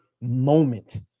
moment